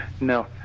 No